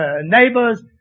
neighbors